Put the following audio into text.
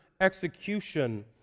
execution